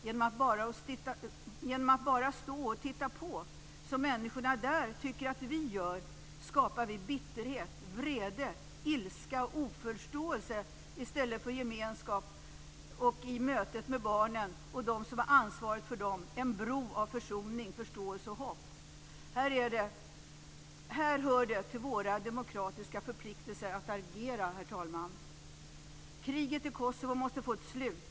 Genom att bara stå och titta på, som människorna där tycker att vi gör, skapar vi bitterhet, vrede, ilska och oförståelse i stället för gemenskap och, i mötet med barnen och de som har ansvaret för dem, en bro av försoning, förståelse och hopp. Här hör det till våra demokratiska förpliktelser att agera, herr talman. Kriget i Kosovo måste få ett slut.